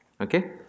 Okay